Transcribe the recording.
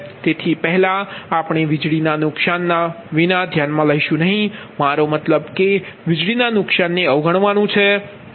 તેથી પહેલા આપણે વીજળી ના નુકસાન વિના ધ્યાનમાં લઈશું મારો મતલબ કે વીજળી ના નુકસાન ને અવગણવું